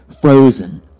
frozen